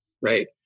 right